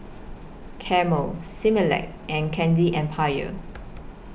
Camel Similac and Candy Empire